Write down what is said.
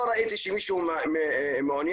לא ראיתי שמישהו מעוניין.